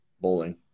bowling